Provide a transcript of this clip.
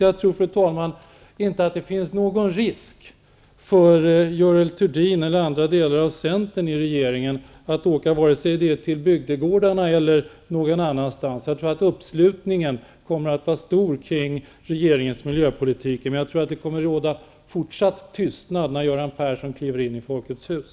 Jag tror inte, fru talman, att det finns någon risk för att Görel Thurdin eller andra centerpartister i regeringen åker vare sig till bygdegårdar eller till något annat ställe, för uppslutningen kring regeringens miljöpolitik kommer att vara stor. Däremot tror jag att det kommer att råda fortsatt tystnad när Göran Persson kliver in i Folkets hus.